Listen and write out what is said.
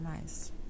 nice